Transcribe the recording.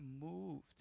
moved